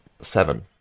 Seven